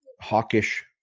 hawkish